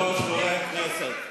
חברי חברי הכנסת,